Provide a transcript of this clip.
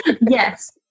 Yes